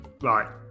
Right